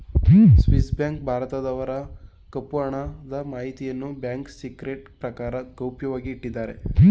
Swiss bank ಭಾರತದವರ ಕಪ್ಪು ಹಣದ ಮಾಹಿತಿಯನ್ನು ಬ್ಯಾಂಕ್ ಸಿಕ್ರೆಸಿ ಪ್ರಕಾರ ಗೌಪ್ಯವಾಗಿ ಇಟ್ಟಿದ್ದಾರೆ